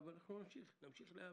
אבל נמשיך להיאבק.